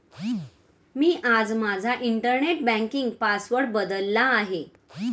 मी आज माझा internet banking password बदलला आहे